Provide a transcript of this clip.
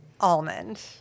almond